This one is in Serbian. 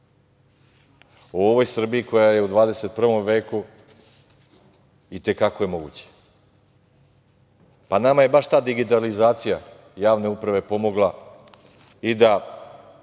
U ovoj Srbiji koja je u 21. veku i te kako je moguće. Nama je baš ta digitalizacija javne uprave pomogla i kod